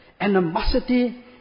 animosity